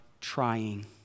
trying